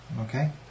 okay